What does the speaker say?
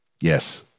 yes